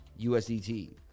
USDT